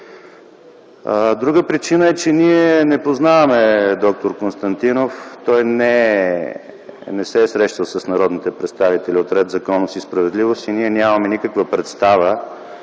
Друга причина е, че ние не познаваме д-р Константинов, той не се е срещал с народните представители от „Ред, законност и справедливост” и нямаме никаква представа